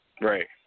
Right